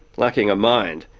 lacking a mind.